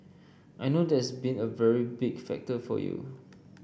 I know that's been a very big factor for you